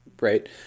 right